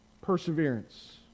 perseverance